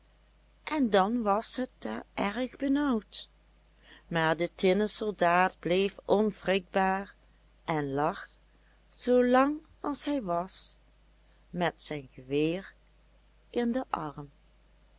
en dan was het daar erg benauwd maar de tinnen soldaat bleef onwrikbaar en lag zoo lang als hij was met zijn geweer in den arm